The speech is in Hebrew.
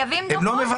אני רוצה לחדד.